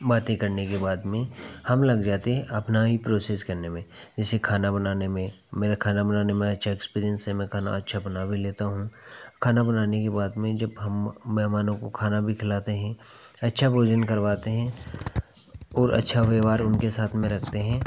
बातें करने के बाद में हम लग जाते हैं अपना ही प्रोसेस करने में जैसे खाना बनाने में मेरा खाना बनाने में अच्छा एक्सपीरिएन्स है मैं खाना अच्छा बना भी लेता हूँ खाना बनाने के बाद में जब हम मेहमानों को खाना भी खिलाते हैं अच्छा भोजन करवाते हैं और अच्छा व्यवहार उनके साथ में रखते हैं